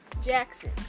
Jackson